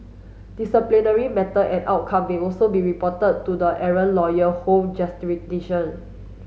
disciplinary matter and outcome may also be reported to the errant lawyer home